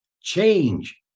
Change